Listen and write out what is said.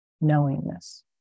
knowingness